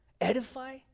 edify